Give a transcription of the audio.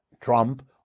Trump